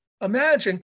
imagine